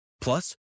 Plus